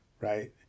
right